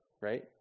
Right